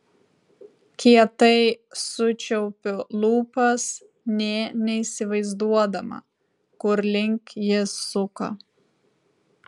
kietai sučiaupiu lūpas nė neįsivaizduodama kur link jis suka